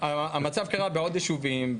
זה קרה בעוד ישובים,